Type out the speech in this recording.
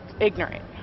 ignorant